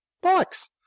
bikes